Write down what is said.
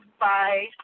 Bye